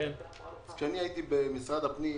כשאני הייתי במשרד הפנים,